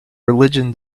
religion